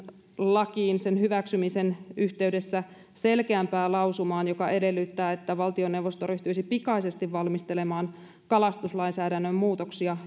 lakiin sen hyväksymisen yhteydessä selkeämpää lausumaa joka edellyttää että valtioneuvosto ryhtyisi pi kaisesti valmistelemaan kalastuslainsäädännön muutoksia